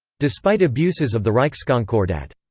despite abuses of the reichskonkordat.